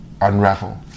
unravel